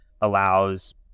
allows